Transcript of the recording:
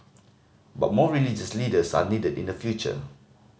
but more religious leaders are needed in the future